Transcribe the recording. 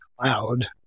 cloud